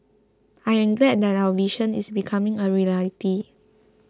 I am glad that our vision is becoming a reality